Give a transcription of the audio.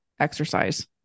exercise